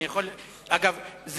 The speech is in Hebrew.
זה